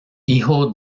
hijo